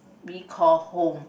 be call home